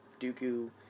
Dooku